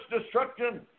destruction